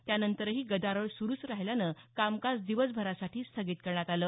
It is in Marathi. त्यानंतरही गदारोळ सुरुच राहिल्यानं कामकाज दिवसभरासाठी स्थगित करण्यात आलं